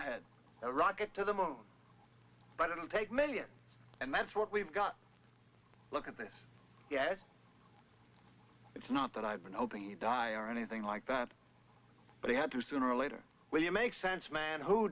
ahead a rocket to the moon but it'll take millions and that's what we've got look at this yes it's not that i've been hoping he'd die or anything like that but he had to sooner or later will you make sense man who